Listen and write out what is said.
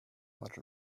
much